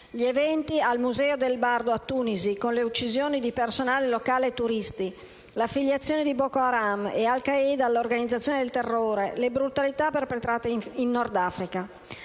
gli eventi al museo nazionale del Bardo a Tunisi, con le uccisioni di personale locale e di turisti, l'affiliazione di Boko Haram e Al Quaeda all'organizzazione del terrore e le brutalità perpetrate in Nord Africa.